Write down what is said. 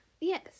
yes